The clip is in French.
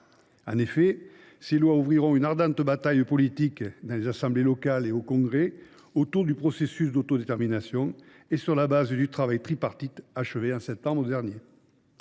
En effet, ces textes ouvriront une ardente bataille politique dans les assemblées locales et au congrès autour du processus d’autodétermination, sur la base du travail tripartite achevé en septembre dernier.